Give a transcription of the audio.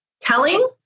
telling